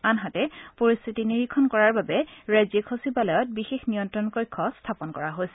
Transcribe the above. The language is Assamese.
আনহাতে পৰিস্থিতি নিৰীক্ষণ কৰাৰ বাবে ৰাজ্যিক সচিবালয়ত বিশেষ নিয়ন্ত্ৰণ কক্ষ স্থাপন কৰা হৈছে